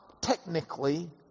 technically